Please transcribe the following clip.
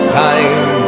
time